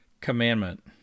commandment